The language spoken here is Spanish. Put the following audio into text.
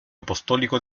apostólico